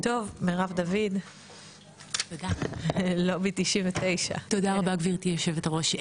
מרב דוד לובי 99. תודה רבה גברתי יושבת הראש.